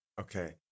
okay